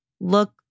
look